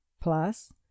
plus